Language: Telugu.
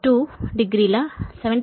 2 డిగ్రీల 70